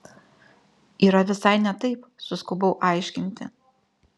yra visai ne taip suskubau aiškinti